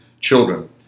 children